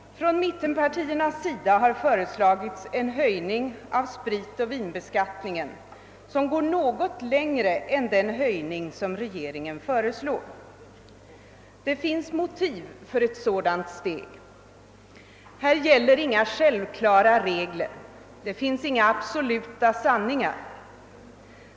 Från mittenpartiernas sida har föreslagits en höjning av spritoch vinbeskattningen som går något längre än den höjning regeringen föreslår. Det finns motiv för ett sådant steg. itär gäller inga självklara regler, och det finns inga absoluta sanningar.